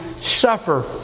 suffer